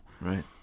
Right